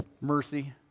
mercy